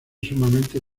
sumamente